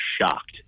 shocked